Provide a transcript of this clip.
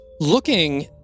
looking